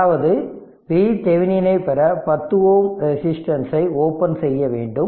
அதாவது VThevenin ஐ பெற 10 Ω ரெசிடென்சை ஓபன் செய்ய வேண்டும்